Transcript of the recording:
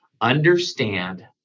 understand